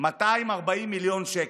240 מיליון שקלים.